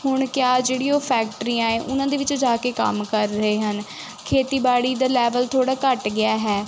ਹੁਣ ਕਿਆ ਜਿਹੜੀ ਉਹ ਫੈਕਟਰੀਆਂ ਹੈ ਉਹਨਾਂ ਦੇ ਵਿੱਚ ਜਾ ਕੇ ਕੰਮ ਕਰ ਰਹੇ ਹਨ ਖੇਤੀਬਾੜੀ ਦਾ ਲੈਵਲ ਥੋੜ੍ਹਾ ਘੱਟ ਗਿਆ ਹੈ